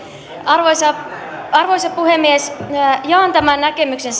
arvoisa puhemies jaan tämän näkemyksen